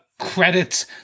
credits